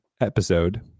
episode